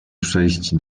przejść